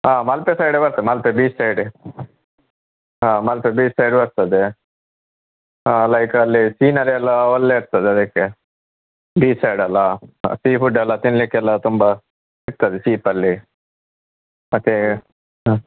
Malpe side ಬರತ್ತೆ Malpe beach side Malpe beach side ಬರ್ತದೆ like ಅಲ್ಲಿ ಸೀನರಿಯೆಲ್ಲ ಒಳ್ಳೆ ಇರ್ತದದಕ್ಕೆ ಬೀಚ್ ಸೈಡಲ್ಲಾ ಸೀಫುಡ್ ಎಲ್ಲ ತಿನ್ಲಿಕ್ಕೆಲ್ಲ ತುಂಬ ಸಿಗ್ತದೆ ಚೀಪಲ್ಲಿ ಮತ್ತು